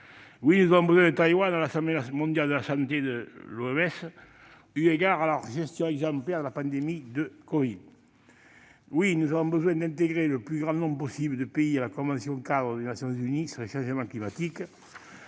Oui, nous avons besoin de Taïwan à l'Assemblée mondiale de la santé de l'OMS, eu égard à sa gestion exemplaire de la pandémie de covid-19. Oui, nous avons besoin d'intégrer le plus grand nombre possible de pays à la Convention-cadre des Nations unies sur les changements climatiques.